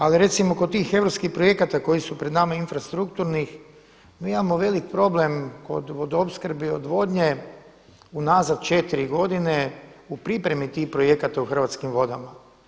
Ali recimo kod tih europskih projekata koji su pred nama infrastrukturni mi imao veliki problem kod vodoopskrbe i odvodnje u nazad četiri godine u pripremi tih projekata u Hrvatski vodama.